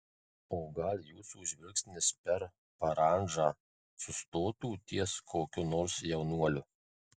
o gal jūsų žvilgsnis per parandžą sustotų ties kokiu nors jaunuoliu